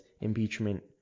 impeachment